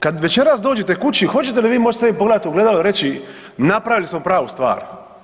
Kad večeras dođete kući hoćete li vi moć sebi pogledat u ogledalo i reći napravili smo pravu stvar?